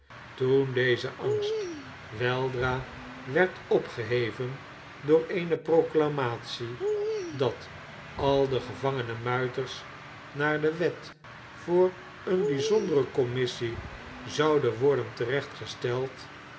toen deze angst weldra werd opgeheven door eene proclamatie dat al de gevangene muiters naar de wet barnaby rudge voor eene bijzondere commissie zouden worden te recht gesteld